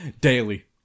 Daily